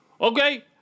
Okay